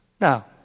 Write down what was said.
Now